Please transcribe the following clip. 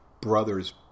brothers